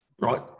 right